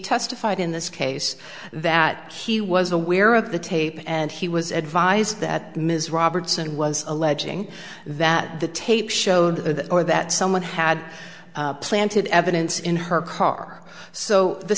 testified in this case that he was aware of the tape and he was advised that ms robertson was alleging that the tape showed that or that someone had planted evidence in her car so the